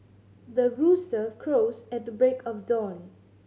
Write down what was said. the rooster crows at the break of dawn